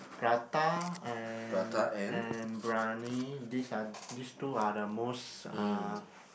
Prata and and briyani this are this two are the most uh